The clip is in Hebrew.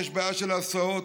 יש בעיה של ההסעות,